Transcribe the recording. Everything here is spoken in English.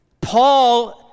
Paul